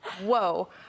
Whoa